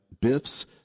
Biff's